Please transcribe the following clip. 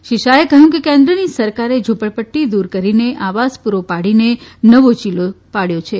શ્રી શાહે કહ્યું કે કેન્દ્રની સરકારે ઝુંપડપટ્ટી દુર કરીને આવાસ પુરો પાડીને નવો ચીલો પાડ્યો છે